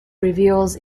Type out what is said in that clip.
reveals